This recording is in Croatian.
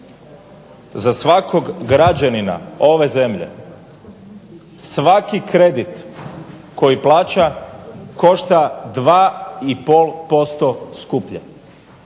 za svakog građanina ove zemlje svaki kredit koji plaća košta 2,5% skuplje